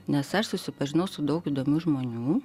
nes aš susipažinau su daug įdomių žmonių